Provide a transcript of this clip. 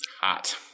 hot